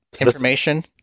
information